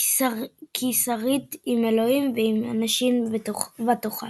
”כי שרית עם אלהים ועם אנשים ותוכל”.